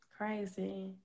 Crazy